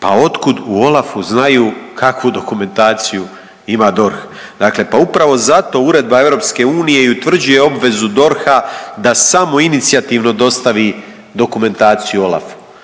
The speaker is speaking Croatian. Pa otkud u OLAF-u znaju kakvu dokumentaciju ima DORH? Dakle, pa upravo zato uredba EU i utvrđuje obvezu DORH-a da samoinicijativno dostavi dokumentaciju OLAF-u.